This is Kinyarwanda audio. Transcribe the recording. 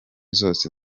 zose